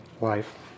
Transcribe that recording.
life